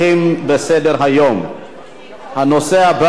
בעד, 7,